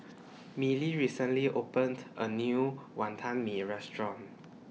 Milly recently opened A New Wonton Mee Restaurant